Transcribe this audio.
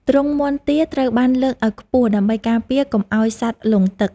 ទ្រុងមាន់ទាត្រូវបានលើកឱ្យខ្ពស់ដើម្បីការពារកុំឱ្យសត្វលង់ទឹក។